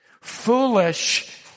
foolish